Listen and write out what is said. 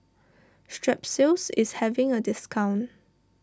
Strepsils is having a discount